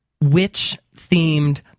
witch-themed